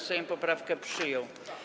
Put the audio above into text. Sejm poprawkę przyjął.